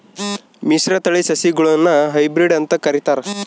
ಮಿಶ್ರತಳಿ ಸಸಿಗುಳ್ನ ಹೈಬ್ರಿಡ್ ಅಂತ ಕರಿತಾರ